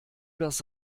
das